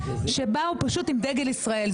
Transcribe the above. שבאו פשוט עם דגל ישראל.